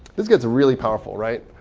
this gets really powerful, right?